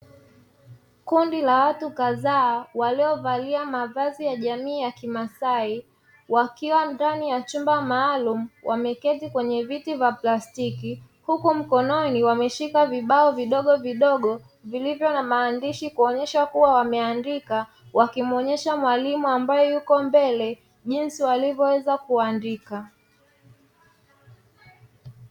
Kundi la watu kadhaa waliovalia mavazi ya jamii kimasai, wakiwa ndani ya chumba maalumu wameketi kwenye viti vya plastiki, huku mkononi wameshika vibao vidogovidogo vilivyo na maandishi kuonyesha kuwa wameandika, wakimuonyesha mwalimu ambaye yuko mbele jinsi walivyoweza kuandika.